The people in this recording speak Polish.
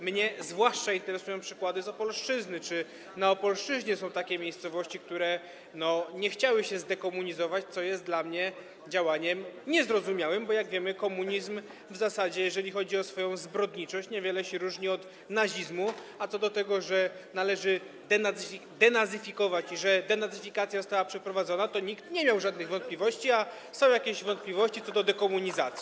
Mnie zwłaszcza interesują przykłady z Opolszczyzny, czy na Opolszczyźnie są takie miejscowości, które nie chciały się zdekomunizować, co jest dla mnie działaniem niezrozumiałym, bo jak wiemy, komunizm w zasadzie, jeżeli chodzi o swoją zbrodniczość, niewiele się różni od nazizmu, a co do tego, że należy denazyfikować i że denazyfikacja została przeprowadzona, to nikt nie miał żadnych wątpliwości, zaś są jakieś wątpliwości co do dekomunizacji.